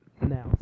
Now